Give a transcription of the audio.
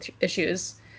issues